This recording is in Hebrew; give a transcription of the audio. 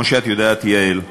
חברים יקרים?